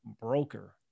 broker